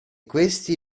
questi